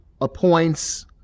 appoints